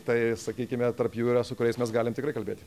tai sakykime tarp jų yra su kuriais mes galime tikrai kalbėti